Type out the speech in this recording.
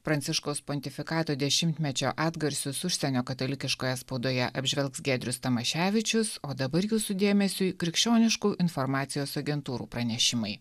pranciškaus pontifikato dešimtmečio atgarsius užsienio katalikiškoje spaudoje apžvelgs giedrius tamaševičius o dabar jūsų dėmesiui krikščioniškų informacijos agentūrų pranešimai